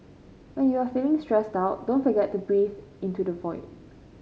when you are feeling stressed out don't forget to breathe into the void